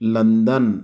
London